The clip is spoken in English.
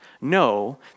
No